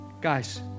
Guys